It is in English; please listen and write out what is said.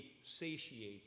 satiated